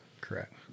Correct